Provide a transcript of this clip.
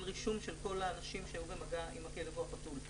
רישום של כל האנשים שהיו במגע עם הכלב או החתול,